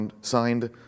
signed